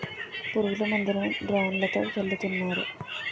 పురుగుల మందులను డ్రోన్లతో జల్లుతున్నారు